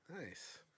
Nice